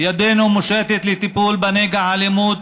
ידנו מושטת לטיפול בנגע האלימות,